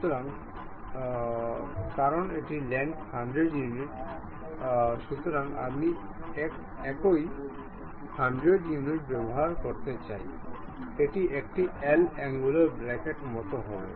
সুতরাং কারণ এটি লেংথ 100 ইউনিট সুতরাং আমি একই 100 ইউনিট ব্যবহার করতে চাই এটি একটি L অ্যাঙ্গুলার ব্রাকেটের মত হবে